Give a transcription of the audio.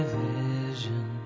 vision